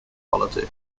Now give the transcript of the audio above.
politics